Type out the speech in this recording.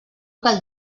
cal